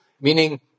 meaning